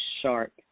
sharp